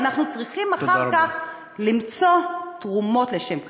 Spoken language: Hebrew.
ואנחנו צריכים אחר כך למצוא תרומות לשם כך.